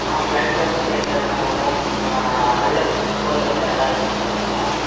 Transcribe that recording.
flight కోసమే wait చేస్తన్నాము Hyderabad to Kolkata వెళ్ళాలనుకుంటన్నాము